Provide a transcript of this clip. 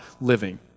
living